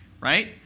right